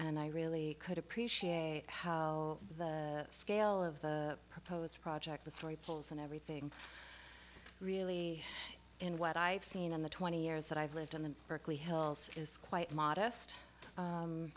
and i really could appreciate how the scale of the proposed project the story pulls and everything really and what i've seen in the twenty years that i've lived in the berkeley hills is quite modest